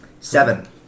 Seven